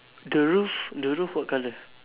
the roof the roof what colour